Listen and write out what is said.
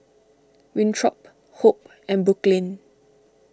Winthrop Hope and Brooklyn